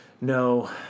No